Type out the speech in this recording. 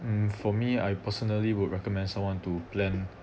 mm for me I personally would recommend someone to plan